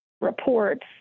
reports